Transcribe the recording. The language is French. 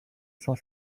cent